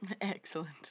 Excellent